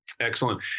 Excellent